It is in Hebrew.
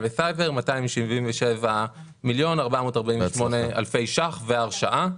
וסייבר 277 מיליון 448 אלפי ₪ בהרשאה.